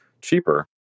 cheaper